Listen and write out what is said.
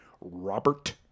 Robert